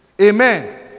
Amen